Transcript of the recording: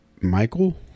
michael